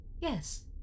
Yes